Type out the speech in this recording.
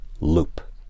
loop